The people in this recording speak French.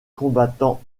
commandants